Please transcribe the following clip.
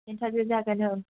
interview जागोन औ